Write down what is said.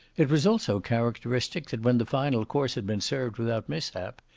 it was also characteristic that when the final course had been served without mishap,